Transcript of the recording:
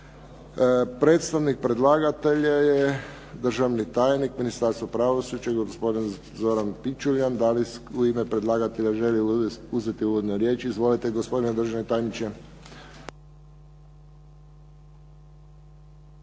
Predstavnik predlagatelja je državni tajnik u Ministarstvu pravosuđa gospodin Zoran Pičuljan. Da li u ime predlagatelja želi uzeti uvodnu riječ? Izvolite gospodine državni tajniče.